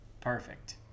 Perfect